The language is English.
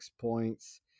points